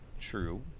True